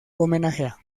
homenajea